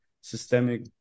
systemic